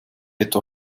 etwa